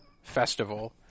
festival